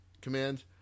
command